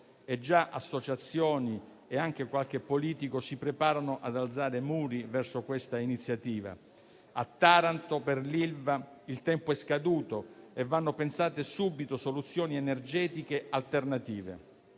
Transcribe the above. ma già associazioni e anche qualche politico si preparano ad alzare muri verso questa iniziativa. A Taranto, per l'Ilva, il tempo è scaduto e vanno pensate subito soluzioni energetiche alternative.